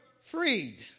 freed